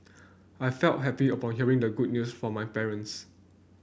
I felt happy upon hearing the good news from my parents